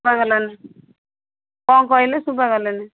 ବାଗ ଲାଗୁନି କ'ଣ କହିଲେ ସୁବା ଗଲାନି